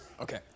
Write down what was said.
Okay